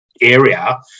area